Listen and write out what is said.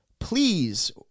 Please